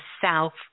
South